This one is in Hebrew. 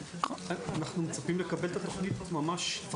אנחנו מצפים לקבל את התכנית ממש בקרוב,